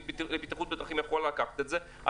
לבטיחות בדרכים יכולה לקחת את זה,